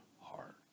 heart